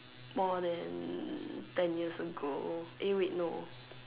more than ten years ago eh wait no